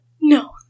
No